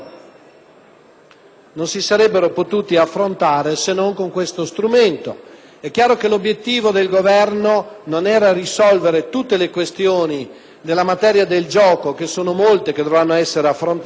non si sarebbero potuti affrontare se non con questo strumento. È chiaro che l'obiettivo del Governo non era risolvere tutte le questioni relative alla materia del gioco, che sono molte e che dovranno essere affrontate: qui